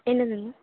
என்னது மேம்